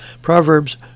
Proverbs